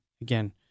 again